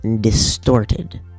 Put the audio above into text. distorted